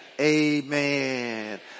amen